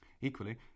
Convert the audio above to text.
Equally